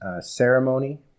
ceremony